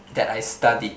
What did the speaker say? that I studied